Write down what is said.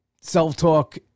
self-talk